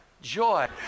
joy